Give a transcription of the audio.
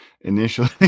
initially